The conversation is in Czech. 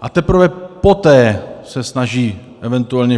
a teprve poté se snaží event.